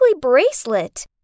bracelet